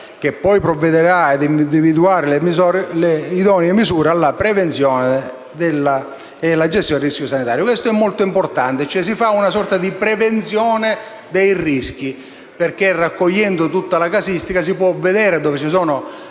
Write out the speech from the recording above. che poi provvederà ad individuare le idonee misure alla prevenzione e alla gestione del rischio sanitario. Questo è molto importante: si fa cioè una sorta di prevenzione dei rischi, perché raccogliendo tutta la casistica si può vedere dove ci sono